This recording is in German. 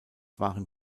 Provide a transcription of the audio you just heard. waren